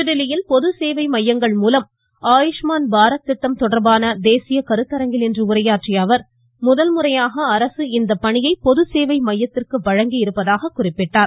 புதுதில்லியில் பொது சேவை மையங்கள் மூலம் ஆயுஷ்மான் பாரத் திட்டம் தொடா்பான தேசிய கருத்தரங்கில் இன்று உரையாற்றிய அவா் முதல்முறையாக அரசு இந்த பணியை பொதுசேவை மையத்திற்கு வழங்கியிருப்பதாக குறிப்பிட்டார்